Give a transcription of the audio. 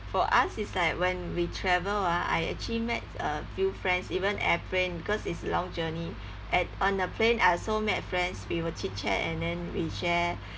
for us it's like when we travel ah I actually met a few friends even airplane because it's long journey and on the plane I also met friends we will chit chat and then we share